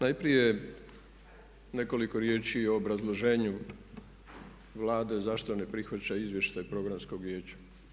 Najprije nekoliko riječi o obrazloženju Vlade zašto ne prihvaća izvještaj Programskog vijeća.